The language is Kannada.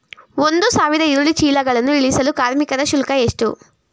ಒಂದು ಸಾವಿರ ಈರುಳ್ಳಿ ಚೀಲಗಳನ್ನು ಇಳಿಸಲು ಕಾರ್ಮಿಕರ ಶುಲ್ಕ ಎಷ್ಟು?